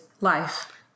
Life